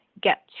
get